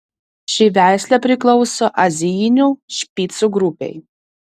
ši veislė priklauso azijinių špicų grupei